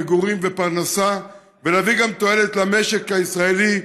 מגורים ופרנסה ולהביא גם תועלת למשק הישראלי,